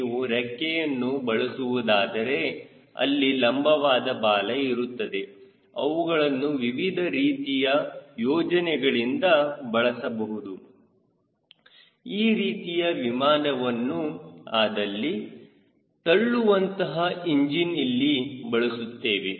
ನೀವು ರೆಕ್ಕೆಯನ್ನು ಬಳಸುವುದಾದರೆ ಅಲ್ಲಿ ಲಂಬವಾದ ಬಾಲ ಇರುತ್ತದೆ ಅವುಗಳನ್ನು ವಿವಿಧ ರೀತಿಯ ಸಂಯೋಜನೆಗಳಿಂದ ಬಳಸಬಹುದು ಈ ರೀತಿಯ ವಿಮಾನವು ಆದಲ್ಲಿ ತಳ್ಳುವಂತಹ ಇಂಜಿನ್ ಇಲ್ಲಿ ಬಳಸುತ್ತೇವೆ